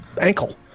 ankle